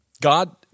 God